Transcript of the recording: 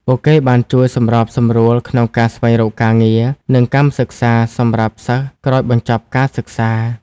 ពួកគេបានជួយសម្របសម្រួលក្នុងការស្វែងរកការងារ និងកម្មសិក្សាសម្រាប់សិស្សក្រោយបញ្ចប់ការសិក្សា។